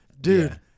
Dude